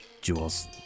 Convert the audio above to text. jewels